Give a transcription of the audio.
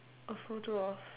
a photo of